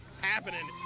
happening